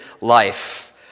life